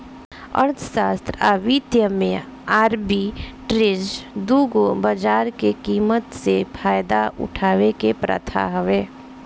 अर्थशास्त्र आ वित्त में आर्बिट्रेज दू गो बाजार के कीमत से फायदा उठावे के प्रथा हवे